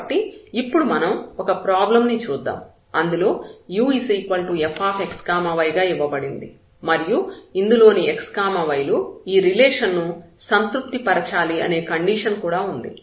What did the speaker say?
కాబట్టి ఇప్పుడు మనం ఒక ప్రాబ్లం ని చూద్దాం అందులో u fxy గా ఇవ్వబడింది మరియు ఇందులోని x y లు ఈ రిలేషన్ ను సంతృప్తి పరచాలి అనే కండిషన్ కూడా ఉంది